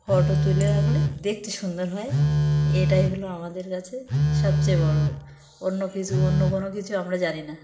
photo তুলে রাখলে দেখতে সুন্দর হয় এটাই হলো আমাদের কাছে সবচেয়ে বড়ো অন্য কিছু অন্য কোনো কিছু আমরা জানি না